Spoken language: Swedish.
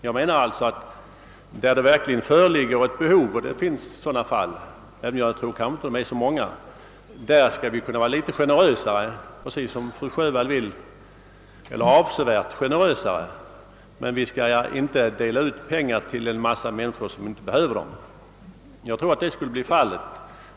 Jag menar alltså, att vi där det verkligen föreligger behov — och sådana fall finns, även om jag inte tror att de är många — skall kunna vara litet generösa, precis som fru Sjövall vill, eller kanske avsevärt mera generösa, men vi bör inte dela ut pengar till en mängd människor som inte behöver dem. Jag tror att det skulle bli fallet.